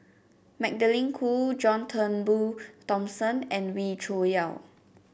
Magdalene Khoo John Turnbull Thomson and Wee Cho Yaw